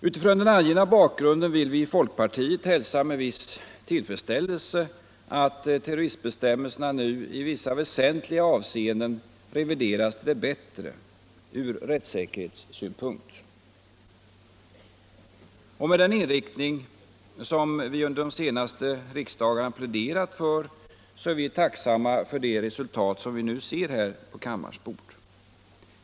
Mot den angivna bakgrunden vill vi i folkpartiet hälsa med viss tillfredsställelse att terroristbestämmelserna nu i vissa väsentliga avseenden revideras till det bättre ur rättssäkerhetssynpunkt och med den inriktning som vi under de senaste riksdagarna pläderat för. Vi är därför tacksamma för det resultat som nu ligger på kammarens bord.